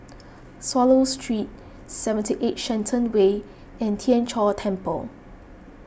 Swallow Street seventy eight Shenton Way and Tien Chor Temple